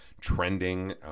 trending